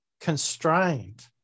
constrained